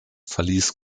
verließ